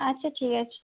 আচ্ছা ঠিক আছে